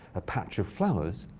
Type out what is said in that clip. a patch of flowers.